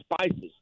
spices